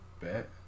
Bet